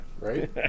Right